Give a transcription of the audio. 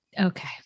Okay